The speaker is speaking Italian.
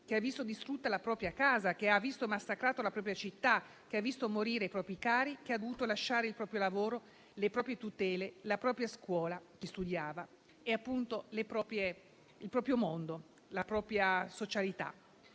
che ha visto distrutta la propria casa, che ha visto massacrata la propria città, che ha visto morire i propri cari, che ha dovuto lasciare il proprio lavoro, le proprie tutele, la propria scuola (per chi studiava), il proprio mondo, la propria socialità.